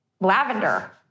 lavender